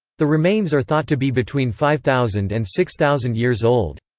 the remains are thought to be between five thousand and six thousand years old.